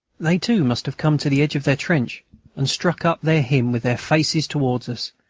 they too must have come to the edge of their trench and struck up their hymn with their faces towards us,